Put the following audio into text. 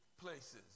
places